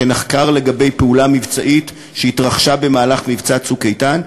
שנחקר לגבי פעולה מבצעית שהתרחשה במהלך מבצע "צוק איתן"?